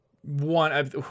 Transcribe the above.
one